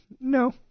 No